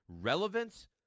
relevance